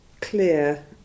clear